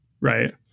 right